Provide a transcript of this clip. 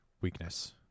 weakness